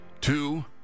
Two